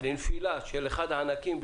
לנפילה של אחד הענקים,